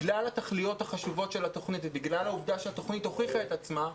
בגלל התכליות החשובות של התוכנית ובגלל שהיא הוכיחה את עצמה,